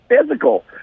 physical